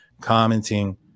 commenting